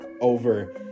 over